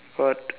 what